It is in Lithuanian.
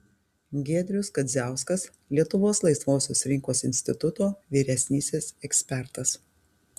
giedrius kadziauskas lietuvos laisvosios rinkos instituto vyresnysis ekspertas